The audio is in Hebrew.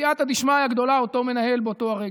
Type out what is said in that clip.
בסייעתא דשמיא גדולה, אותו מנהל באותו הרגע.